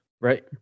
Right